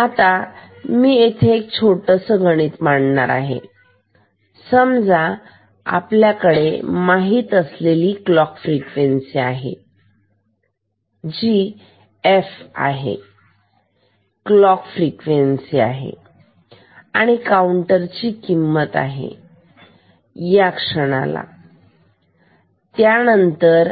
आता मी इथे एक छोटस गणित मांडणार समजा आपल्याकडे माहीत असलेली क्लॉक फ्रिक्वेन्सी आहे जी एफ आहे क्लॉक फ्रिक्वेन्सी आहे आणि काउंटर ची किंमत आहे या क्षणानंतर त्यानंतर